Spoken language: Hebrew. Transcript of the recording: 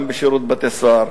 גם בשירות בתי-הסוהר.